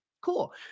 cool